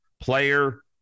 player